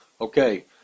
Okay